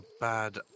bad